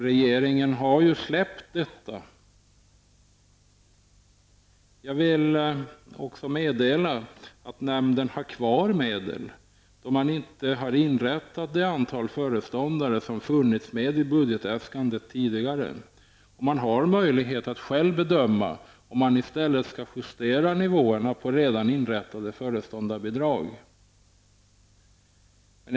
Regeringen har släppt detta. Jag vill också meddela att nämnden har kvar medel, då man inte har inrättat det antal föreståndartjänster som har funnits med i budgetäskandet tidigare. Man har möjlighet att själv bedöma om man i stället skall justera nivåerna på lönebidragen för redan inrättade föreståndartjänster.